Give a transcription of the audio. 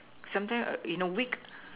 sometime you know week